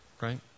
right